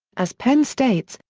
as penn states,